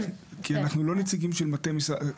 אנחנו לא נציגים של מטה משרד הבריאות.